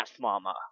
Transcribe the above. mama